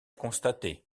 constaté